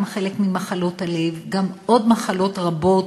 גם חלק ממחלות הלב וגם עוד מחלות רבות,